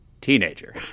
teenager